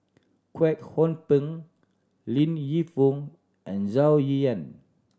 Kwek Hong Png Li Lienfung and Zhou Ying Nan